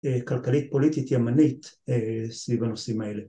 ‫כלכלית פוליטית ימנית ‫סביב הנושאים האלה.